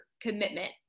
commitment